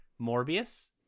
Morbius